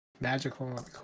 magical